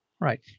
Right